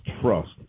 trust